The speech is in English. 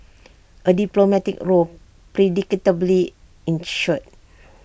A diplomatic row predictably ensued